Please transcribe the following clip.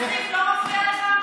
כסיף לא מפריע לך?